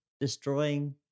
destroying